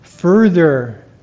further